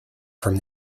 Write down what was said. from